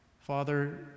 Father